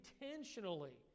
intentionally